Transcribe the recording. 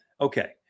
Okay